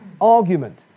argument